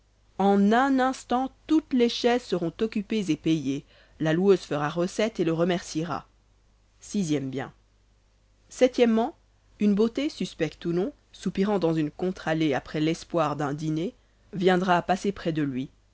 en un instant toutes les chaises seront occupées et payées la loueuse fera recette et le remerciera sixième bien o une beauté suspecte ou non soupirant dans une contre-allée après l'espoir d'un dîner viendra à passer près de lui